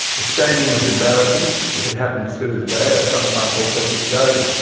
the staining was embarrassing if it happened through the day, as sometimes also did the odour.